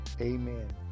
amen